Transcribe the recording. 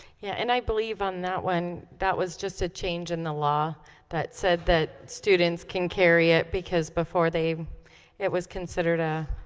yeah, and i believe on that one that was just a change in the law that said that students can carry it because before they it was considered a